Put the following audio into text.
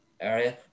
area